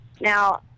Now